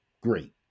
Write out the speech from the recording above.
great